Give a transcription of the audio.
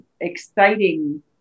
exciting